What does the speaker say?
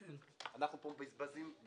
אנחנו מבזבזים פה את